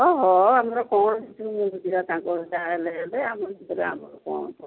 ହଉ ହ ଆମର କ'ଣ କିଛି ମିଳୁଥିବା ତାଙ୍କ ହେଲେ ଆମ ଭିତରେ ଆମର କ'ଣ